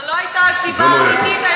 זו לא הייתה הסיבה האמיתית.